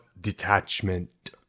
detachment